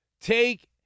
take